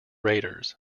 raiders